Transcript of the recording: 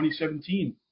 2017